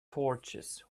torches